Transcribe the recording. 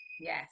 Yes